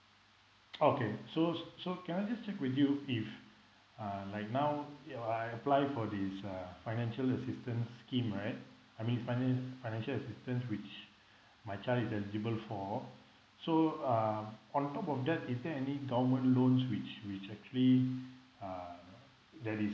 okay so so can I just check with you if uh like now uh I apply for this uh financial assistance scheme right I mean finance financial assistance which my child is eligible for so um on top of that is there any government loans which which actually uh there is